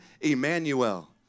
Emmanuel